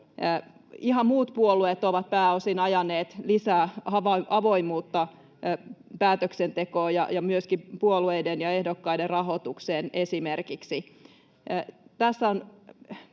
Ihan muut puolueet ovat pääosin ajaneet lisää avoimuutta päätöksentekoon ja esimerkiksi myöskin puolueiden ja ehdokkaiden rahoitukseen. Tässä on